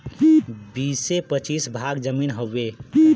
बीसे पचीस भाग जमीन हउवे